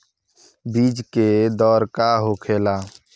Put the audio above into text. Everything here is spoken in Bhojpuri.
बीज के दर का होखेला?